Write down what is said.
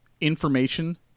information